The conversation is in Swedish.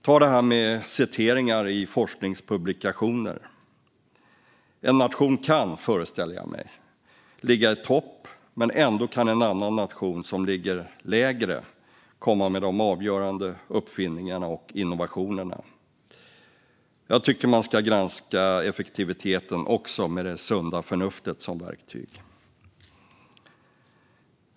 Ta det här med citeringar i forskningspublikationer. En nation kan, föreställer jag mig, ligga i topp, men ändå kan en annan nation som ligger lägre komma med de avgörande uppfinningarna och innovationerna. Jag tycker att man ska granska effektiviteten också med det sunda förnuftet som verktyg.